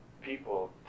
people